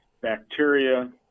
bacteria